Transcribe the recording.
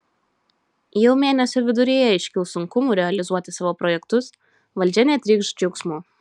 jau mėnesio viduryje iškils sunkumų realizuoti savo projektus valdžia netrykš džiaugsmu